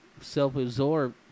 Self-absorbed